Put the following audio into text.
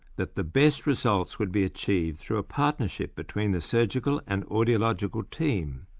that the best results would be achieved through a partnership between the surgical and audiological team,